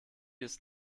ist